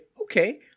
okay